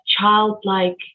childlike